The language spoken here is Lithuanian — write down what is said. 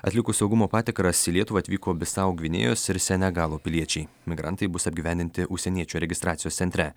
atlikus saugumo patikras į lietuvą atvyko bisau gvinėjos ir senegalo piliečiai migrantai bus apgyvendinti užsieniečių registracijos centre